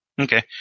okay